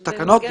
תקנות.